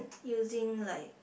using like